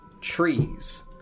trees